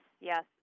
yes